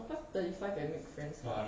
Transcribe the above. of course thirty five and make friends lah